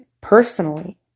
personally